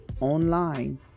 online